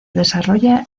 desarrolla